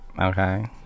Okay